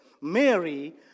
Mary